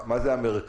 מה זה המרכז?